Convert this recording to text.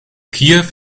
kiew